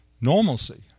normalcy